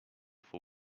for